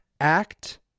act